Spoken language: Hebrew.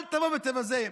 אל תבוא ותבזה.